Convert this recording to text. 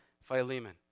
Philemon